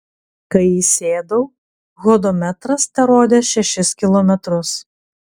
kai įsėdau hodometras terodė šešis kilometrus